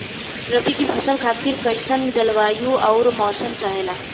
रबी क फसल खातिर कइसन जलवाय अउर मौसम चाहेला?